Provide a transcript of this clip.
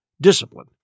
Discipline